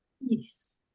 Yes